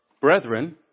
brethren